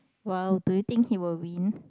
well do you think he will win